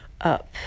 up